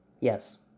Yes